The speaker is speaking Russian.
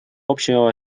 общего